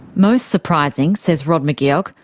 most surprising, says rod mcgeoch,